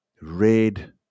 red